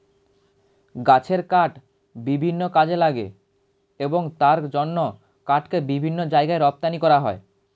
গাছের কাঠ বিভিন্ন কাজে লাগে এবং তার জন্য কাঠকে বিভিন্ন জায়গায় রপ্তানি করা হয়